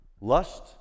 Lust